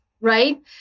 right